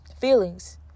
feelings